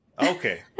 Okay